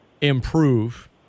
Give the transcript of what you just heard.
improve